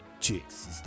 chicks